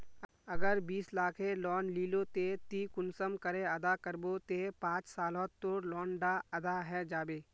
अगर बीस लाखेर लोन लिलो ते ती कुंसम करे अदा करबो ते पाँच सालोत तोर लोन डा अदा है जाबे?